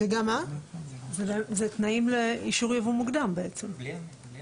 את בעצם את